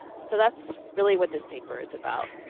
so that's really what this paper is about.